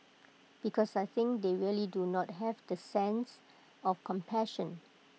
because I think they really do not have that sense of compassion